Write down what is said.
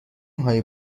هایی